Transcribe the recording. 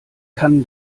kann